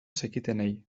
zekitenei